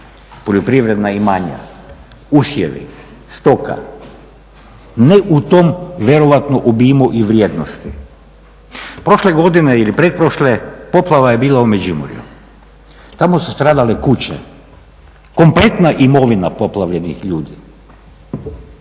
poljoprivredna imanja, usjevi, stoka. Ne u tom vjerojatno obimu i vrijednosti. Prošle godine ili pretprošle, poplava je bila u Međimurju. Tamo su stradale kuće, kompletna imovina poplavljenih ljudi.